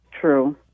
True